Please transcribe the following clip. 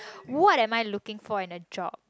what am I looking for in a job